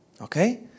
Okay